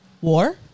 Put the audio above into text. War